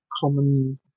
common